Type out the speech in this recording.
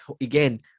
again